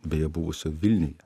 beje buvusio vilniuje